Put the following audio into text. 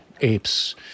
apes